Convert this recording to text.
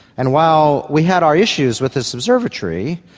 and while we had our issues with this observatory,